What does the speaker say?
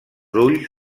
ulls